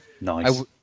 Nice